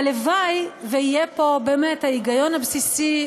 הלוואי שיהיה פה באמת ההיגיון הבסיסי,